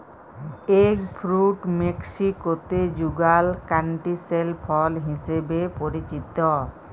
egg fruit মেক্সিকোতে যুগাল canistel ফল হিসেবে পরিচিত